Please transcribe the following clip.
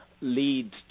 lead